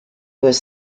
was